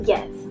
Yes